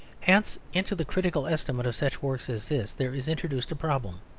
hence, into the critical estimate of such works as this, there is introduced a problem,